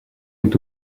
est